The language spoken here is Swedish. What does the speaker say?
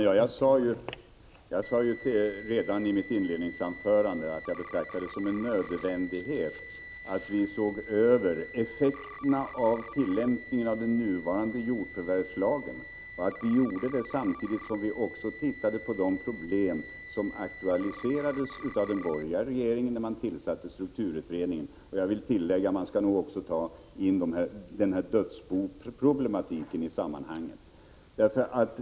Herr talman! Jag sade redan i mitt inledningsanförande att jag betraktar det som nödvändigt att se över effekterna av tillämpningen av den nuvarande jordförvärvslagen, samtidigt som vi tittar på de problem som aktualiserades av den borgerliga regeringen när den tillsatte strukturutredningen. Jag vill tillägga att man nog också skall ta in dödsboproblematiken i sammanhanget.